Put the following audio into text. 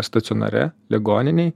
stacionare ligoninėj